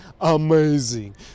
amazing